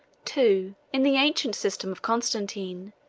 two. in the ancient system of constantine,